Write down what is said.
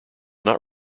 not